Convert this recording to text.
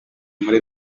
muri